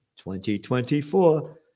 2024